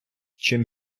чим